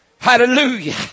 Hallelujah